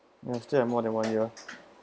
after or more than one year